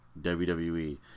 WWE